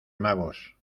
magos